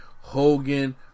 Hogan